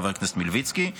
חבר הכנסת מלביצקי,